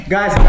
Guys